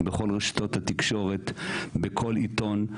בכל רשתות התקשורת, בכל עיתון.